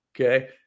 okay